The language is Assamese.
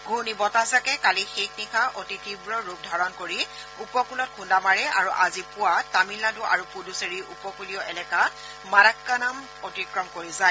ঘূৰ্ণী বতাহজাকে কালি শেষ নিশা অতি তীৱ ৰূপ ধাৰণ কৰি উপকূলত খুন্দা মাৰে আৰু আজি পুৱা তামিলনাডু আৰু পুডুচেৰীৰ উপকূলীয় এলেকা মাৰাক্কানম অতিক্ৰম কৰি যায়